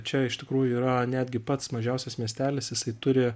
čia iš tikrųjų yra netgi pats mažiausias miestelis jisai turi